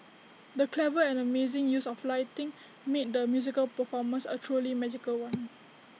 the clever and amazing use of lighting made the musical performance A truly magical one